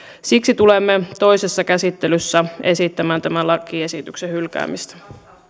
siksi tulemme toisessa käsittelyssä esittämään tämän lakiesityksen hylkäämistä